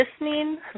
listening